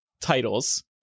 titles